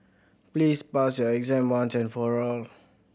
please pass your exam once and for all